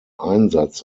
einsatz